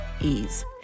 ease